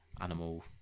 animal